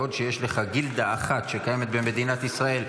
בעוד שיש לך גילדה אחת שקיימת במדינת ישראל,